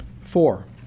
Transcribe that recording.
Four